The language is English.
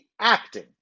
acting